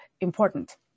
important